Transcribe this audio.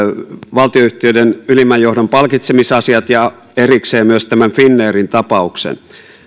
valtionyhtiöiden ylimmän johdon palkitsemisasiat ja erikseen myös tämän finnairin tapauksen